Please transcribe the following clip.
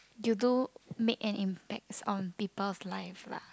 you do make an impacts on people's life lah